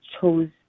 chose